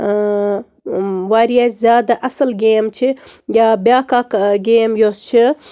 واریاہ زیادٕ اَصٕل گیم چھِ یا بیٛاکھ اَکھ گیم یۄس چھِ